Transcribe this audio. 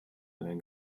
einer